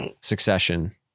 succession